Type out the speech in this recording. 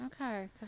Okay